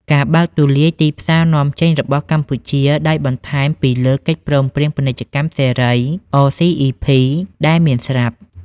ការបើកទូលាយទីផ្សារនាំចេញរបស់កម្ពុជា ដោយបន្ថែមពីលើកិច្ចព្រមព្រៀងពាណិជ្ជកម្មសេរី អ សុី អុី ភី(RCEP) ដែលមានស្រាប់។